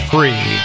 Free